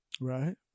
Right